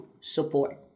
support